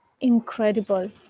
incredible